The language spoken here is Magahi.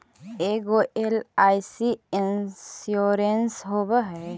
ऐगो एल.आई.सी इंश्योरेंस होव है?